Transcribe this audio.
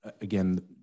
again